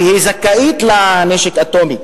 או היא זכאית לנשק אטומי.